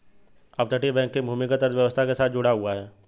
अपतटीय बैंकिंग भूमिगत अर्थव्यवस्था के साथ जुड़ा हुआ है